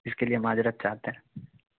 اس کے لیے معذرت چاہتے ہیں